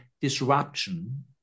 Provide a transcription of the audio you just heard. disruption